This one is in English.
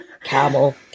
camel